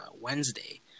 Wednesday